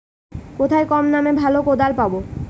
কোথায় কম দামে ভালো কোদাল পাব?